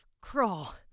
Crawl